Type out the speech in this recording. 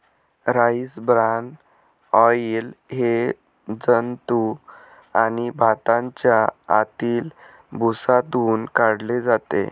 rice bran oil हे जंतू आणि भाताच्या आतील भुसातून काढले जाते